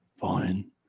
fine